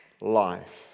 life